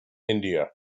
india